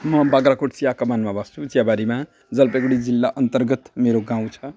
म बाग्राकोट चियाकमानमा बस्छु चियाबारीमा जलपाइगुडी जिल्लाअन्तर्गत मेरो गाउँ छ